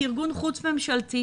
כארגון חוץ-ממשלתי,